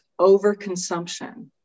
overconsumption